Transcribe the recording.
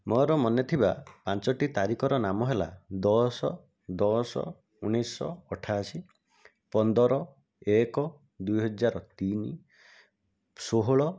ମୋର ମନେଥିବା ପାଞ୍ଚଟି ତାରିଖର ନାମ ହେଲା ଦଶ ଦଶ ଉଣେଇଶ ଅଠାଅଶୀ ପନ୍ଦର ଏକ ଦୁଇହଜାର ତିନି ଷୋହଳ